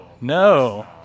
no